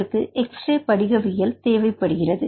அதற்கு எக்ஸ்ரே படிகவியல் தேவைப்படுகிறது